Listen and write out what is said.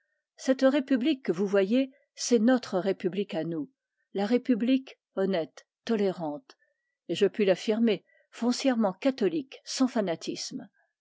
cette république que vous voyez c'est notre république à nous la république honnête tolérante et je puis l'affirmer foncièrement catholique sans fanatisme